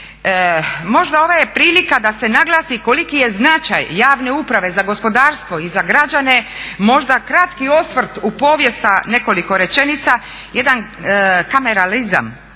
Možda ovo je prilika da se naglasi koliki je značaj javne uprave za gospodarstvo i za građane. Možda kratki osvrt u povijest sa nekoliko rečenica. Jedan …/Govornica